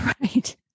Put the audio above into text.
Right